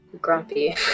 grumpy